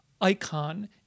icon